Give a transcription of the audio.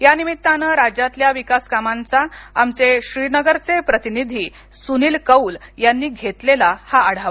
यानिमित्तानं राज्यातल्या विकासकामांचा आमचे श्रीनगरचे प्रतिनिधी सुनील कौल यांनी घेतलेला हा आढावा